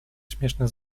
śmieszny